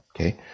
Okay